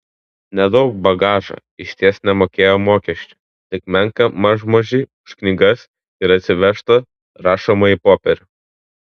nedaug bagažo išties nemokėjo mokesčių tik menką mažmožį už knygas ir atsivežtą rašomąjį popierių